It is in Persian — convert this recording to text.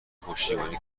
پشتیبانی